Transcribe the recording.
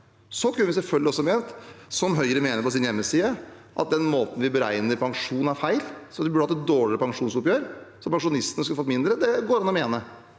kunne selvfølgelig også ment, som Høyre mener på sin hjemmeside, at måten vi beregner pensjon på, er feil, at man burde hatt et dårligere pensjonsoppgjør, og at pensjonistene skulle fått mindre. Det går an å mene,